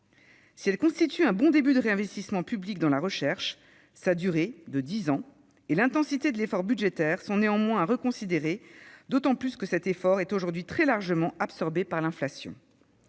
a permis un bon début de réinvestissement public dans la recherche, sa durée- dix ans -et l'intensité de l'effort budgétaire doivent néanmoins être reconsidérées, d'autant que cet effort est aujourd'hui très largement absorbé par l'inflation.